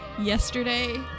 yesterday